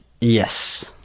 Yes